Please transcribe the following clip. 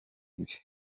ibi